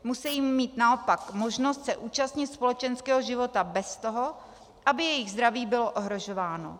Musejí mít naopak možnost se účastnit společenského života bez toho, aby jejich zdraví bylo ohrožováno.